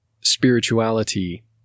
spirituality